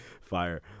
fire